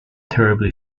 terribly